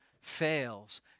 fails